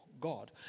God